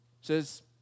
Says